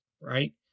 right